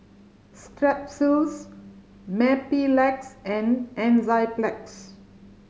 Strepsils Mepilex and Enzyplex